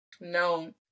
no